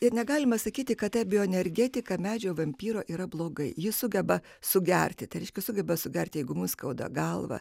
ir negalima sakyti kad bioenergetika medžio vampyro yra blogai jis sugeba sugerti tai reiškia sugeba sugerti jeigu man skauda galvą